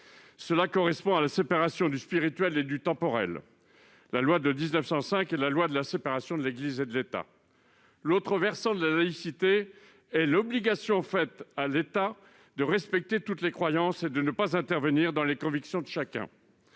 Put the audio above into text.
conformément à la séparation du spirituel et du temporel ; la loi de 1905 est la loi de séparation des Églises et de l'État. L'autre versant de la laïcité est l'obligation faite à l'État de respecter toutes les croyances et de ne pas intervenir dans les convictions de chacun